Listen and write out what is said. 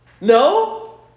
No